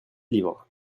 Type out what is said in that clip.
livres